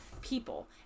people